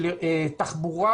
של תחבורה